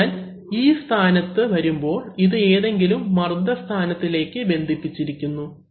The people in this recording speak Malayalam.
അതിനാൽ ഈ സ്ഥാനത്ത് വരുമ്പോൾ ഇത് ഏതെങ്കിലും മർദ്ദ സ്ഥാനത്തിലേക്ക് ബന്ധിപ്പിച്ചിരിക്കുന്നു